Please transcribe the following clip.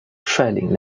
率领